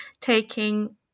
taking